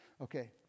Okay